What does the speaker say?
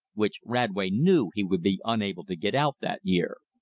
which radway knew he would be unable to get out that year.